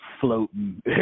floating